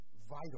vital